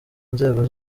nzego